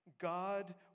God